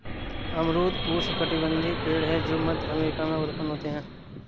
अमरूद उष्णकटिबंधीय पेड़ है जो मध्य अमेरिका में उत्पन्न होते है